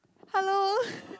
hello